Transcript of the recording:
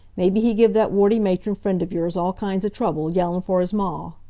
maybe he give that warty matron friend of yours all kinds of trouble, yellin' for his ma.